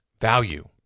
value